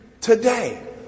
today